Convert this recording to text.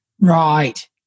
Right